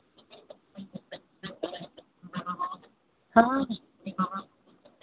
हाँ